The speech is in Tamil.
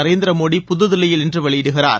நரேந்திர மோடி புதுதில்லியில் இன்று வெளியிடுகிறார்